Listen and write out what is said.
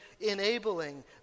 enabling